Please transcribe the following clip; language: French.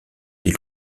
des